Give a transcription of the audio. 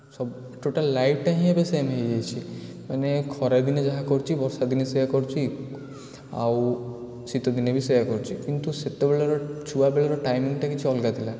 ସବୁ ଟୋଟାଲ୍ ଲାଇଫ୍ଟା ହିଁ ଏବେ ସେମ୍ ହୋଇଯାଇଛି ମାନେ ଖରାଦିନେ ଯାହା କରୁଛି ବର୍ଷାଦିନେ ସେୟା କରୁଛି ଆଉ ଶୀତ ଦିନେ ବି ସେୟା କରୁଛି କିନ୍ତୁ ସେତେବେଳର ଛୁଆବେଳର ଟାଇମ୍ଟା ହିଁ କିଛି ଅଲଗା ଥିଲା